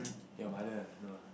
your mother ah no ah